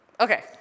Okay